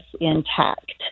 intact